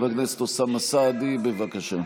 חבר הכנסת אוסאמה סעדי, בבקשה.